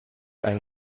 einen